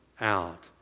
out